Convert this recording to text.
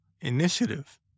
Initiative